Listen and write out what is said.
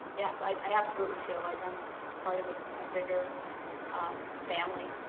yes, i absolutely feel like i'm part of a ah bigger um family.